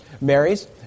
Marys